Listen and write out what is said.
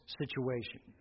situation